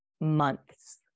months